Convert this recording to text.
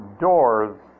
doors